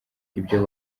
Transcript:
ibyo